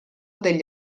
degli